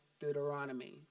Deuteronomy